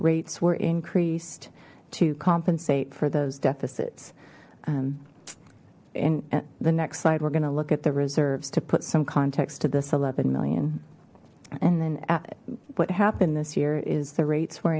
rates were increased to compensate for those deficits in the next slide we're going to look at the reserves to put some context to this eleven million and then what happened this year is the rates were